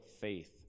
faith